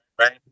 right